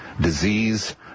disease